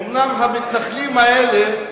אומנם המתנחלים האלה,